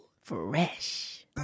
Fresh